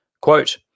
Quote